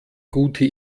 gute